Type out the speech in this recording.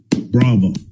Bravo